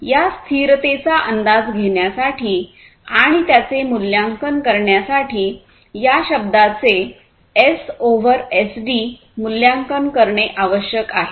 या स्थिरतेचा अंदाज घेण्यासाठी आणि त्याचे मूल्यांकन करण्यासाठी या शब्दाचे एस ओव्हर एसडी मूल्यांकन करणे आवश्यक आहे